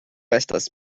estas